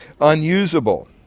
unusable